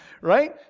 right